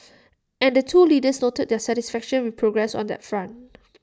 and the two leaders noted their satisfaction with progress on that front